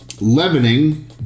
leavening